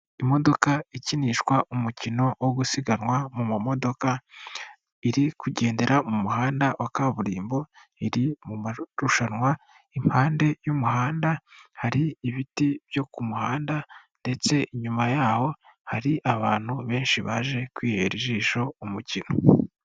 Imodoka ikinishwa umukino wo gusiganwa mu ma modoka ,iri kugendera mu muhanda wa kaburimbo. Iri mu marushanwa impande y'umuhanda hari ibiti byo ku muhanda ndetse inyuma yaho hari abantu benshi baje kwihera ijisho umukino.